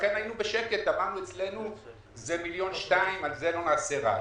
לכן היינו בשקט ואמרנו שאצלנו זה 1.2 מיליון ועל זה לא נעשה רעש.